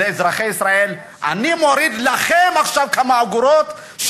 לאזרחי ישראל: אני מוריד לכם עכשיו כמה אגורות,